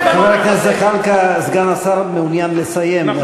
חבר הכנסת זחאלקה, סגן השר מעוניין לסיים.